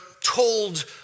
told